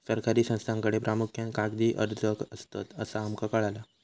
सरकारी संस्थांकडे प्रामुख्यान कागदी अर्ज असतत, असा आमका कळाला